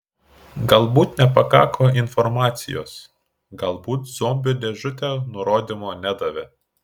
galbūt nepakako informacijos galbūt zombių dėžutė nurodymo nedavė